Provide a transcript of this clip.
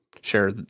share